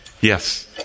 Yes